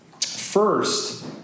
First